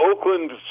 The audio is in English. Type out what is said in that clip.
Oakland